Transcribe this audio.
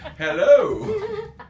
Hello